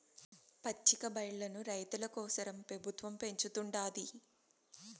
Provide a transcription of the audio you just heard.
పచ్చికబయల్లను రైతుల కోసరం పెబుత్వం పెంచుతుండాది